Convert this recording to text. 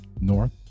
North